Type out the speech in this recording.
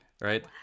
Right